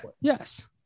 Yes